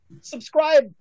subscribe